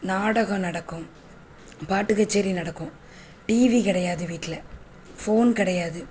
நாடகம் நடக்கும் பாட்டு கச்சேரி நடக்கும் டிவி கிடையாது வீட்டில் ஃபோன் கிடையாது